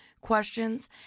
questions